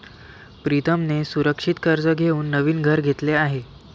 प्रीतमने सुरक्षित कर्ज देऊन नवीन घर घेतले आहे